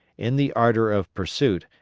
in the ardor of pursuit,